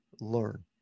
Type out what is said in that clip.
learn